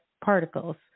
particles